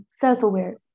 self-aware